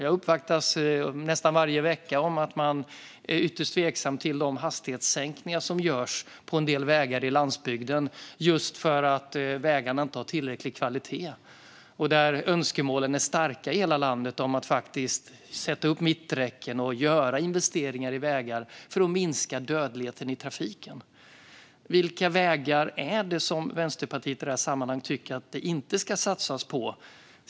Jag uppvaktas nästan varje vecka om att man är ytterst tveksam till de hastighetssänkningar som görs på en del vägar på landsbygden, just för att vägarna inte har tillräcklig kvalitet. Där är önskemålen starka i hela landet om att sätta upp mitträcken och göra investeringar i vägar för att minska dödligheten i trafiken. Vilka vägar tycker Vänsterpartiet i det här sammanhanget att det inte ska satsas på?